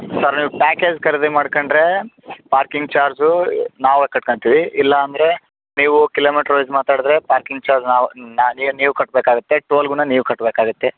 sir ನೀವು package ಖರೀದಿ ಮಾಡ್ಕಂಡರೆ ಪಾರ್ಕಿಂಗ್ ಚಾರ್ಜು ನಾವು ಕಟ್ಕಂತೀವಿ ಇಲ್ಲ ಅಂದರೆ ನೀವು ಕಿಲೋಮೀಟ್ರ್ ವೈಸ್ ಮಾತಾಡ್ದ್ರೆ ಪಾರ್ಕಿಂಗ್ ಚಾರ್ಜ್ ನಾವು ನಾ ನೀವು ನೀವು ಕಟ್ಟಬೇಕಾಗುತ್ತೆ ಟೋಲ್ಗುನು ನೀವು ಕಟ್ಟಬೇಕಾಗುತ್ತೆ